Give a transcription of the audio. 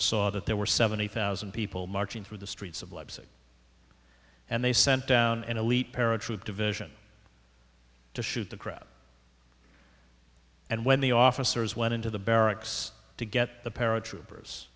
saw that there were seventy thousand people marching through the streets of lovesick and they sent down an elite paratroop division to shoot the crowd and when the officers went into the barracks to get the paratroopers